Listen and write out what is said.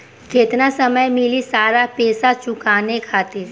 केतना समय मिली सारा पेईसा चुकाने खातिर?